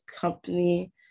company